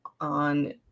on